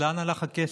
אז לאן הלך הכסף?